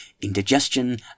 indigestion